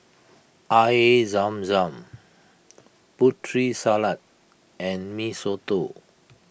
Air Zam Zam Putri Salad and Mee Soto